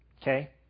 Okay